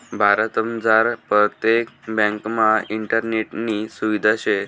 भारतमझार परतेक ब्यांकमा इंटरनेटनी सुविधा शे